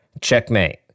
Checkmate